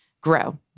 grow